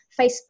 Facebook